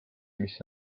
mis